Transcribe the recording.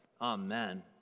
Amen